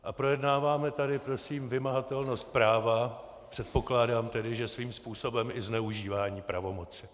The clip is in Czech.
A projednáváme tady, prosím, vymahatelnost práva, předpokládám tedy, že svým způsobem i zneužívání pravomoci.